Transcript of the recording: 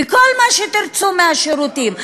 בכל מה שתרצו מהשירותים.